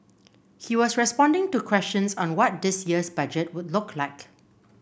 he was responding to questions on what this year's budget would look like